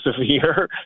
severe